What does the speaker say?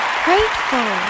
grateful